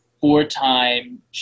four-time